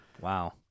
Wow